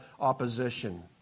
opposition